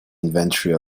inventory